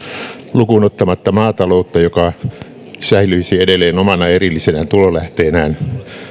lukuun ottamatta maataloutta joka säilyisi edelleen omana erillisenä tulolähteenään